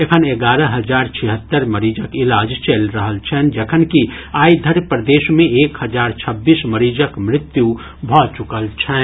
एखन एगारह हजार छिहत्तरि मरीजक इलाज चलि रहल छनि जखनकि आइ धरि प्रदेश मे एक हजार छब्बीस मरीजक मृत्यु भऽ चुकल छनि